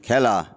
খেলা